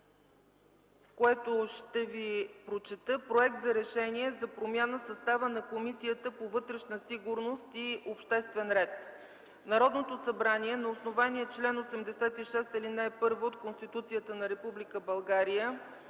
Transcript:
което ще ви прочета. „Проект РЕШЕНИЕ за промяна в състава на Комисията по вътрешна сигурност и обществен ред Народното събрание на основание чл. 86, ал. 1 от Конституцията на Република